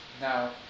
now